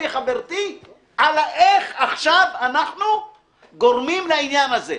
חברתי על איך עכשיו אנחנו גורמים לעניין הזה,